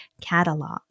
catalog